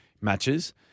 matches